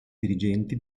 dirigenti